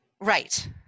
Right